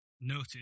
notice